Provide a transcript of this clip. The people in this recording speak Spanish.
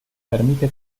permite